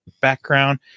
background